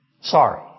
Sorry